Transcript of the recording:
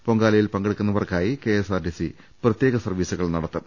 പൊങ്കാ ലയിൽ പങ്കെടുക്കുന്നവർക്കായി കെഎസ്ആർടിസി പ്രത്യേക സർവീസുകൾ നടത്തും